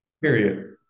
Period